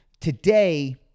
today